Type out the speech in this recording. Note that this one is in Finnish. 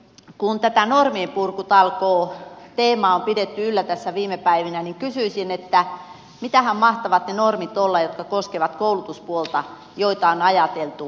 kun tätä norminpurkutalkooteemaa on pidetty yllä tässä viime päivinä niin kysyisin että mitähän mahtavat ne normit olla jotka koskevat koulutuspuolta ja joita on ajateltu vedettävän alas